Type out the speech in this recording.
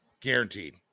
guaranteed